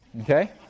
Okay